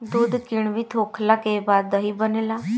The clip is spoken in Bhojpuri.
दूध किण्वित होखला के बाद दही बनेला